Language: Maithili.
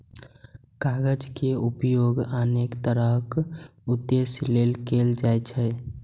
कागज के उपयोग अनेक तरहक उद्देश्य लेल कैल जाइ छै